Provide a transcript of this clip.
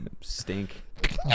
stink